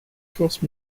forces